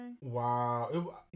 Wow